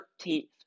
13th